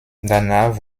danach